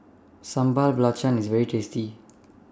Sambal Belacan IS very tasty